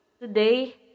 today